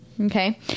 okay